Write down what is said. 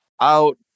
out